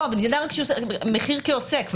לא, מחיר כעוסק.